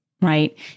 right